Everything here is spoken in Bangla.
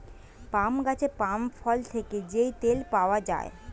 পাম গাছের পাম ফল থেকে যেই তেল পাওয়া যায়